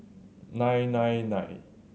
nine nine nine